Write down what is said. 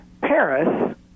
Paris